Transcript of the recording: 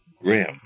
Grim